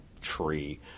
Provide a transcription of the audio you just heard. tree